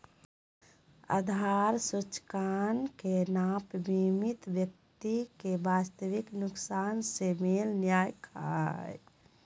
आधार सूचकांक के नाप बीमित व्यक्ति के वास्तविक नुकसान से मेल नय खा हइ